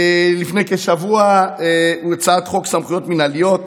לפני כשבוע, בהצעת חוק סמכויות מינהליות,